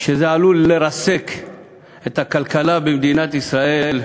שזה עלול לרסק את הכלכלה במדינת ישראל,